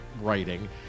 writing